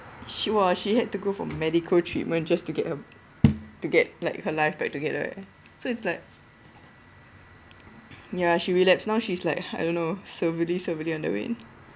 she !wah! she had to go for medical treatment just to get her to get like her life back together eh right so it's like ya she relapses now she's like I don't know severely severely underweight